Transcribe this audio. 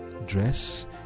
dress